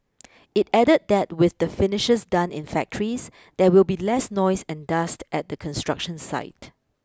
it added that with the finishes done in factories there will be less noise and dust at the construction site